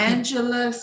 Angela